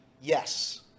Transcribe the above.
Yes